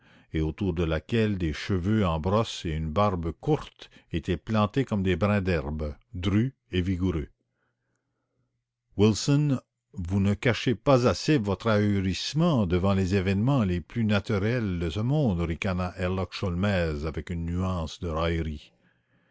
et autour de laquelle des cheveux en brosse et une barbe courte étaient plantés comme des brins d'herbe drus et vigoureux allons wilson vous ne cachez pas assez votre ahurissement devant les événements les plus naturels de ce monde ricana herlock sholmès avec une nuance imperceptible de raillerie